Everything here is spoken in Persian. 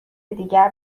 دیگر